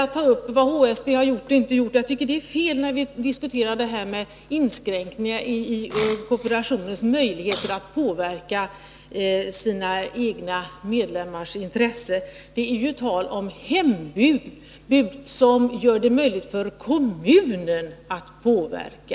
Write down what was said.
Att ta upp vad HSB gjort och inte gjort tycker jag är fel när man diskuterar inskränkningar i kooperationens möjligheter att påverka sina egna medlemmars intressen. Det är ju tal om hembud som gör det möjligt för kommunen att påverka.